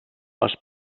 les